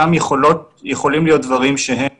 יכולים להיות דברים שהם